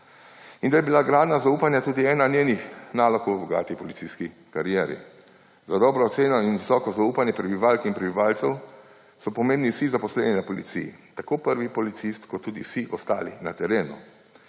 in da je bil gradnja zaupanje tudi ena njenih nalog v bogati policijski karieri. Za dobro oceno in visoko zaupanje prebivalk in prebivalcev so pomembni vsi zaposleni na policiji, tako prvi policist kot tudi vsi ostali na terenu.